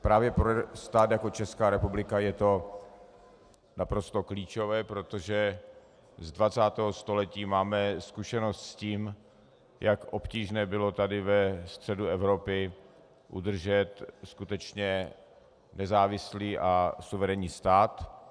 Právě pro stát jako Česká republika je to naprosto klíčové, protože z 20. století máme zkušenost s tím, jak obtížné bylo tady ve středu Evropy udržet skutečně nezávislý a suverénní stát.